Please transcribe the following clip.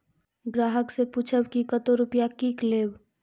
ग्राहक से पूछब की कतो रुपिया किकलेब?